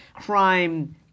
crime